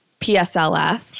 PSLF